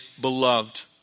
beloved